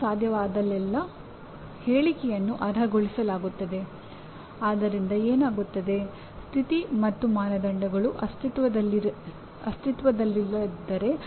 ಮತ್ತು ಈ ಎಲ್ಲಾ ಚಟುವಟಿಕೆಗಳು ಅವನು ಕೆಲಸ ಮಾಡುತ್ತಿರುವ ಸಂಸ್ಥೆಗೆ ಸಂಪತ್ತಿನ ಉತ್ಪಾದನೆಗೆ ಕಾರಣವಾಗಬೇಕಾಗುತ್ತದೆ